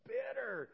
bitter